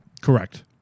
Correct